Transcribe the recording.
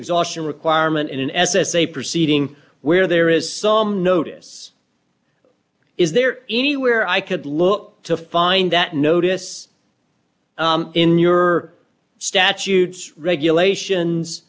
exhaustion requirement in an s s a proceeding where there is some notice is there anywhere i could look to find that notice in your statutes regulations